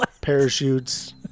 Parachutes